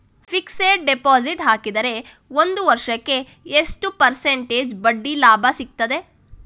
Fixed deposit ಹಾಕಿದರೆ ಒಂದು ವರ್ಷಕ್ಕೆ ಎಷ್ಟು ಪರ್ಸೆಂಟೇಜ್ ಬಡ್ಡಿ ಲಾಭ ಸಿಕ್ತದೆ?